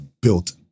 built